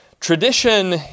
Tradition